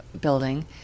building